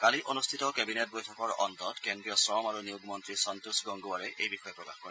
কালি অনুষ্ঠিত কেবিনেট বৈঠকৰ অন্তত কেদ্ৰীয় শ্ৰম আৰু নিয়োগ মন্ত্ৰী সন্তোষ গংগোৱাৰে এই বিষয়ে প্ৰকাশ কৰে